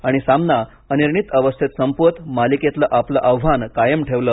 आणि सामना अनिर्णीत अवस्थेत संपवत मालिकेतलं आपल आव्हान कायम ठेवलं